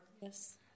Yes